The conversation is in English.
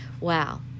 Wow